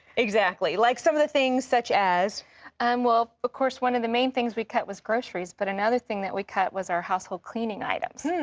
exactly. like, some of the things, such as um of course, one of the main things we cut was groceries, but another thing that we cut was our household cleaning items.